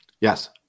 Yes